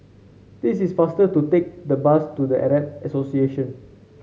this is faster to take the bus to The Arab Association